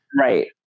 Right